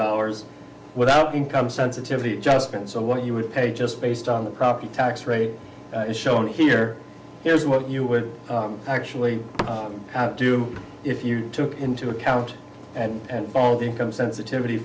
dollars without income sensitivity just been so what you would pay just based on the property tax rate shown here here's what you would actually do if you took into account and all the income sensitivity